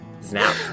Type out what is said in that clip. Snap